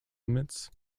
limits